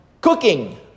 cooking